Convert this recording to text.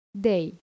day